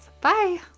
Bye